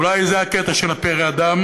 אולי זה הקטע של ה"פרא אדם"